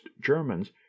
germans